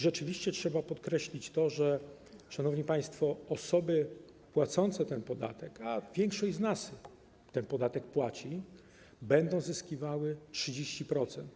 Rzeczywiście trzeba podkreślić to, że, szanowni państwo, osoby płacące ten podatek, a większość z nas ten podatek płaci, będą zyskiwały 30%.